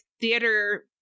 theater